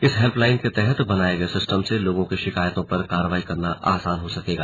इस हेल्पलाईन के तहत बनाए गए सिस्टम से लोगों की शिकायतों पर कार्रवाई करना आसान हो सकेगा